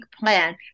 plan